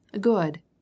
Good